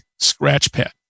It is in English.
scratchpad